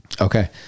Okay